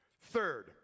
Third